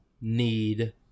need –